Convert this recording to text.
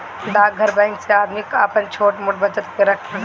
डाकघर बैंक से आदमी आपन छोट मोट बचत के रख सकेला